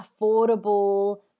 affordable